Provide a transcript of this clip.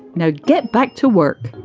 now get back to work